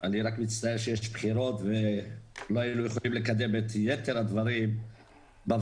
אני רק מצטער שיש בחירות ולא היינו יכולים לקדם את יתר הדברים בוועדה.